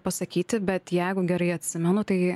pasakyti bet jeigu gerai atsimenu tai